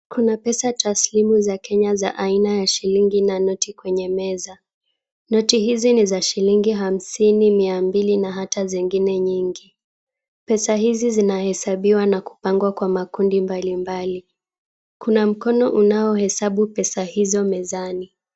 Kuna aina za taslimu za Kenya za aina ya shilingi na noti kwenye meza. Noti ni za shilingi hamsini, mia mbili na hata zingine nyingi. Pesa hizi zinahesabiwa na kupangwa kwa makundi mbalimbali. Kuna mkono unaohesabu pesa izo mezani.